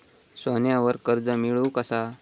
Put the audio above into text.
सोन्यावर कर्ज मिळवू कसा?